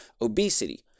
obesity